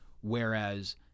Whereas